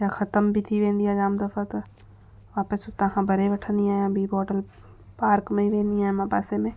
या खतम बि थी वेंदी आहे जाम दफ़ा त वापिसि उतां खां भरे वठंदी आहियां ॿी बॉटल पार्क में वेंदी आहियां मां पासे में